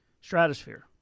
Stratosphere